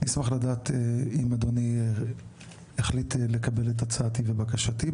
נשמח לדעת אם אדוני החליט לקבל את הצעתי ובקשתי,